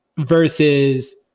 Versus